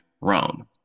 rome